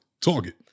Target